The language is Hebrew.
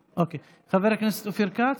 חבר הכנסת אופיר כץ?